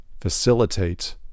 facilitate